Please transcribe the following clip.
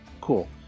cool